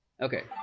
Okay